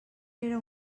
era